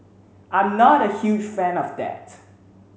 I'm not a huge fan of that